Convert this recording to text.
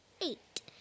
eight